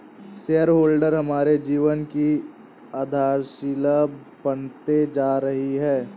share holder हमारे जीवन की आधारशिला बनते जा रही है